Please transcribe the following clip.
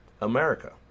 America